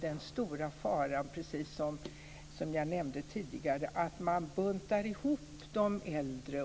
Den stora faran är, som jag nämnde tidigare, att man buntar ihop de äldre.